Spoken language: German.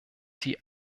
die